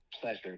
pleasure